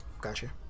Gotcha